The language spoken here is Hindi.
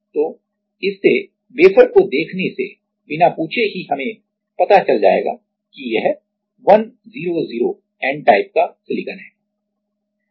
तो इससे वेफर् को देखने से बिना पूछे ही हमें पता चल जाएगा कि यह 100 n टाइप का सिलिकॉन है